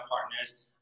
partners